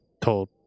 told